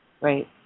Right